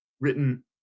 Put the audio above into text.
written